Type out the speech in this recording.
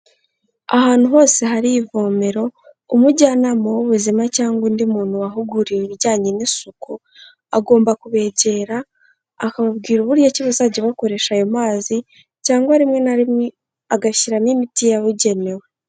Ahantu hose hari ivomero, umujyanama w'ubuzima cyangwa undi muntu wahuguriwe ibijyanye n'isuku, agomba kubegera akababwira uburyo ki bazajya bakoresha ayo mazi cyangwa rimwe na rimwe agashyiramo imiti yabugenewe.